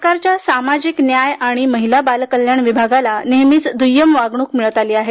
सरकारच्या सामाजिक न्याय आणि महिला आणि बालकल्याण विभागाला नेहमीच दुय्यम वागणूक मिळत आली आहे